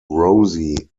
rosie